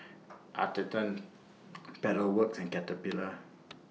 Atherton Pedal Works and Caterpillar